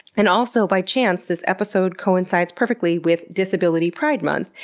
and also, by chance, this episode coincides perfectly with disability pride month,